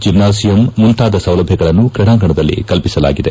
gymnasium ಮುಂತಾದ ಸೌಲಭ್ಯಗಳನ್ನು ತ್ರೀಡಾಂಗಣದಲ್ಲಿ ಕಲ್ಪಿಸಲಾಗಿದೆ